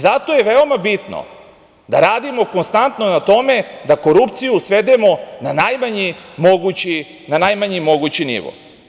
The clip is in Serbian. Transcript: Zato je veoma bitno da radimo konstantno na tome da korupciju svedemo na najmanji mogući nivo.